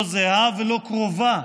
לא זהה ולא קרובה.